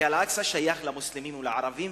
כי אל-אקצא שייך למוסלמים ולערבים,